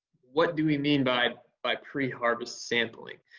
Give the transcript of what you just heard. what do we mean by by pre-harvest sampling?